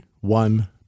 one